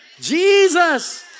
Jesus